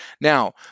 now